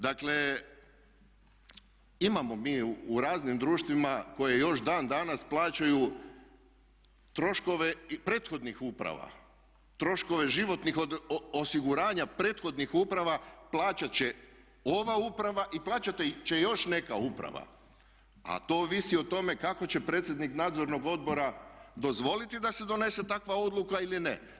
Dakle, imamo mi u raznim društvima koja još dan danas plaćaju troškove prethodnih uprava, troškove životnih osiguranja prethodnih uprava plaćat će ova uprava i plaćat će još neka uprava, a to ovisi o tome kako će predsjednik Nadzornog odbora dozvoliti da se donesen takva odluka ili ne.